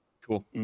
Cool